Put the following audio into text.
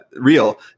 real